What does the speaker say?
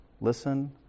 listen